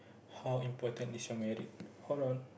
how important is your married hold on